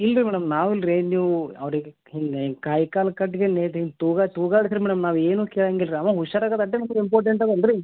ಇಲ್ರಿ ಮೇಡಮ್ ನಾವ್ ಇಲ್ರಿ ನೀವ್ ಅವ್ರಿಗ್ ಹಿಂಗೆ ಕೈ ಕಾಲ್ ಕಟ್ಗ್ಯಂಡ್ ನೀಡ್ರ್ ತೂಗ ತೂಗಾಡ್ಸ್ರಿ ಮೇಡಮ್ ನಾವ್ ಏನೂ ಕೇಳಂಗಿಲ್ರಿ ಅವ ಹುಷಾರ್ ಆಗದಷ್ಟೆ ನಮ್ಗ್ ಇಂಪಾರ್ಟೆಂಟ್ ಅದಲ್ ರೀ